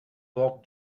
porte